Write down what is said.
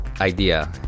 idea